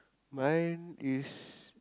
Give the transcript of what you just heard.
mine is